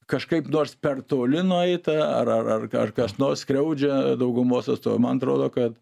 kažkaip nors per toli nueita ar ar ar ar kas nors skriaudžia daugumos atstovai atrodo kad